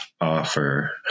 offer